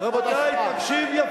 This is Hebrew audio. כבוד השר,